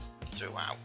throughout